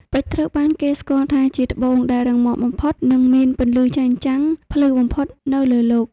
ពេជ្រត្រូវបានគេស្គាល់ថាជាត្បូងដែលរឹងមាំបំផុត និងមានពន្លឺចែងចាំងភ្លឺបំផុតនៅលើលោក។